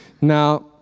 Now